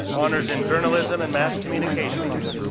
honors in journalism and mass communications,